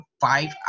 five